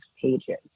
pages